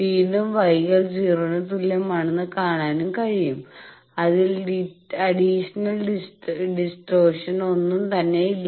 വീണ്ടും γL 0 ന് തുല്യമാണെന്ന് കാണാനും കഴിയും അതിൽ അഡിഷണൽ ഡിസ്റ്റോർഷൻ ഒന്നും തന്നെ ഇല്ല